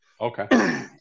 Okay